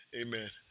amen